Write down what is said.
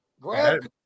grab